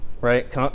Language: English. right